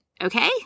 Okay